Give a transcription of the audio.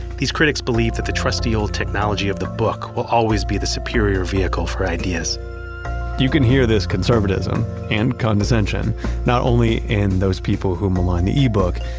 these critics believe that the trusty old technology of the book will always be the superior vehicle for ideas you can hear this conservatism and condescension not only in those people who malign the ebook,